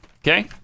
Okay